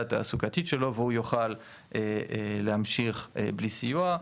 התעסוקתית שלו והוא יוכל להמשיך בלי סיוע,